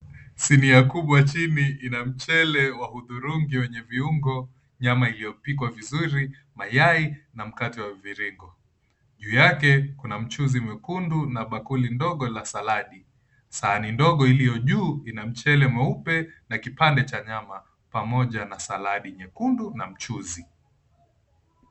Sinia kubwa chini ina mchele wa hudhurungi wenye viungo, nyama iliopikwa vizuri, mayai na mkate wa mviringo. Juu yake kuna mchuzi mwekundu na bakuli ndogo la saladi. Sahani ndogo ilio juu ina mchele mweupe na kipande cha nyama pamoja na saladi nyekundu na mchuzi.